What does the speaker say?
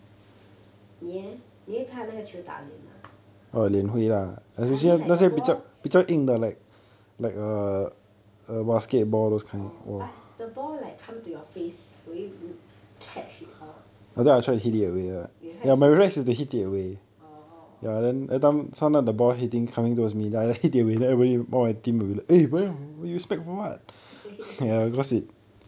你 eh 你会拍那个球打脸吗 ya I mean like the ball orh but the ball like come to your face will you catch it or you will try and hit away orh